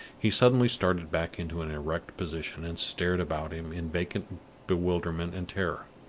he suddenly started back into an erect position, and stared about him in vacant bewilderment and terror.